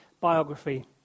biography